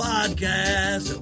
Podcast